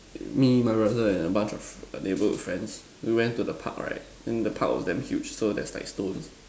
me my brother and a bunch of neighborhood friends we went to the Park right then the Park was damn huge so there's like stones